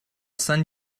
send